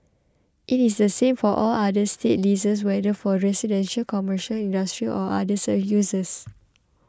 it is the same for all other state leases whether for residential commercial industrial or other so uses